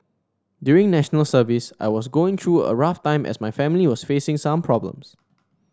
during National Service I was also going through a rough time as my family was facing some problems